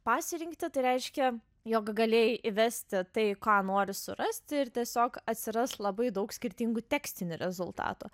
pasirinktį tai reiškia jog galėjai įvesti tai ką nori surasti ir tiesiog atsiras labai daug skirtingų tekstinių rezultatų